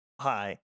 hi